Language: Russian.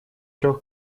трех